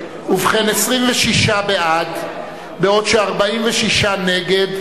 ובכן, 26 בעד, בעוד ש-46 נגד.